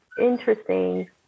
interesting